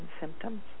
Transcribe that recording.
symptoms